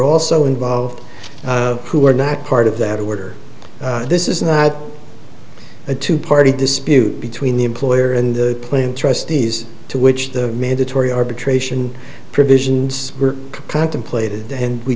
also involved who were not part of that order this is not a two party dispute between the employer and the plant trustees to which the mandatory arbitration provisions were contemplated and we